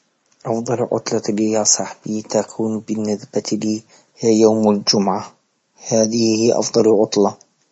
افضل عطلة لي يا صحبي تكون بالنسبة لي هيا يوم الجمعة، هذه هيا افضل عطلة.